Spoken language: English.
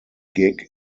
gig